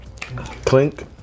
Clink